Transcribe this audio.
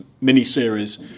mini-series